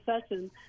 session